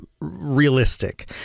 realistic